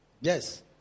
Yes